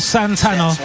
Santana